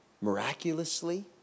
miraculously